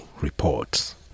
reports